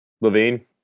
levine